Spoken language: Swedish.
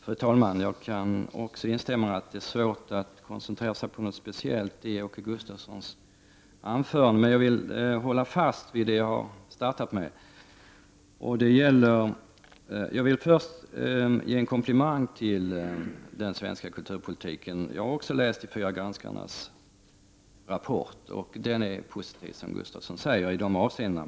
Fru talman! Jag kan också instämma i att det är svårt att koncentrera sig på något speciellt i Åke Gustavssons anförande. Men jag vill hålla fast vid det som jag började med. Jag vill först ge en komplimang till den svenska kulturpolitiken. Jag har också läst de fyra granskarnas rapport, och den är positiv, som Åke Gustavsson sade, i dessa avseenden.